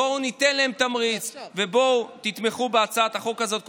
בואו ניתן להם תמריץ ובואו תתמכו בהצעת החוק הזאת,